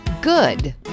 Good